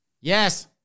Yes